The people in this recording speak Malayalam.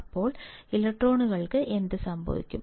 അപ്പോൾ ഇലക്ട്രോണുകൾക്ക് എന്ത് സംഭവിക്കും